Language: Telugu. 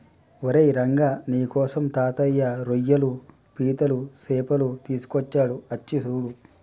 ఓరై రంగ నీకోసం తాతయ్య రోయ్యలు పీతలు సేపలు తీసుకొచ్చాడు అచ్చి సూడు